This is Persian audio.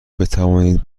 بتوانید